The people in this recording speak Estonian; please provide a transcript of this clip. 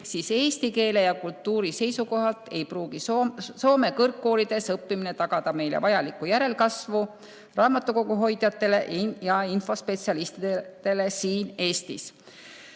siis eesti keele ja kultuuri seisukohalt ei pruugi Soome kõrgkoolides õppimine tagada meil Eestis vajalikku raamatukoguhoidjate ja infospetsialistide järelkasvu.